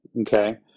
Okay